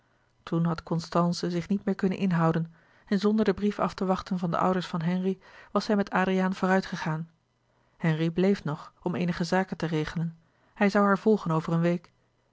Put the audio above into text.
toen had constance zich niet meer kunnen inhouden en zonder den brief af te wachten van de ouders van henri was zij met adriaan vooruit gegaan henri bleef nog om eenige zaken te regelen hij zoû haar volgen over een week